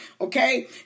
okay